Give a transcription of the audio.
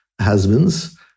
husband's